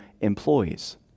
employees